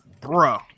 Bro